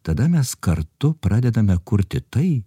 tada mes kartu pradedame kurti tai